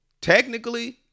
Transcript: Technically